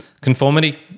conformity